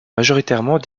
majoritairement